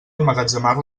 emmagatzemar